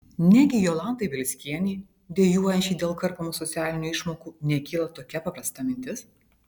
negi jolantai bielskienei dejuojančiai dėl karpomų socialinių išmokų nekyla tokia paprasta mintis